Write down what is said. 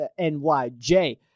NYJ